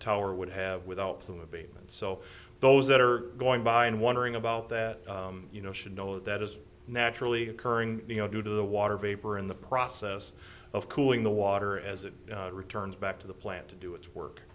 tower would have without plume abatement so those that are going by and wondering about that you know should know that is naturally occurring you know due to the water vapor in the process of cooling the water as it returns back to the plant to do its work